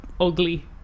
ugly